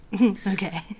Okay